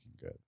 good